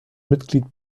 mitglied